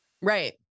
right